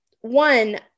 one